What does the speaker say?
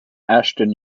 ashton